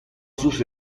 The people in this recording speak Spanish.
sus